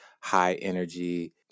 high-energy